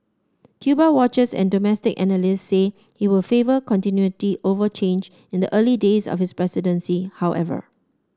Cuba watchers and domestic analysts say he will favour continuity over change in the early days of his presidency however